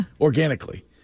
Organically